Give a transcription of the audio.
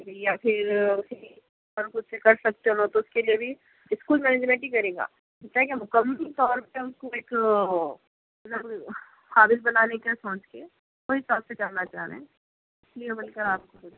یا پھر سنگنگ کر سکتے ہو تو اس کے لئے بھی اسکول مینیجمنٹ ہی کرے گا مکمل طور پر ہم اس ایک مطلب ہابیز بنانے کا سوچ کے اس حساب سے جاننا چاہ رہے ہیں اس لیے میں نے کہا آپ کو